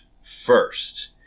first